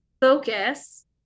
focus